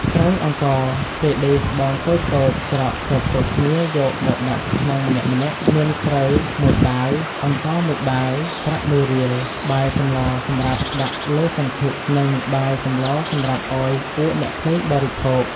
ស្រូវអង្ករ គេដេរស្បោងតូចៗច្រកគ្រប់ៗគ្នាយក មកដាក់ ក្នុងម្នាក់ៗមានស្រូវ ១បាវ អង្ករ ១បាវ ប្រាក់ ១រៀល បាយសម្លសម្រាប់ដាក់លើសង្ឃឹក និងបាយ សម្លសម្រាប់ឲ្យពួកអ្នកភ្លេងបរិភោគ ។